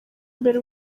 imbere